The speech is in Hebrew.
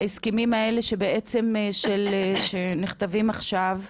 ההסכמים האלה שבעצם נכתבים עכשיו,